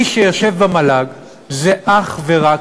מי שיושב במל"ג זה אך ורק,